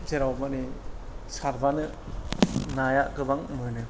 जेराव माने सारब्लानो नाया गोबां मोनो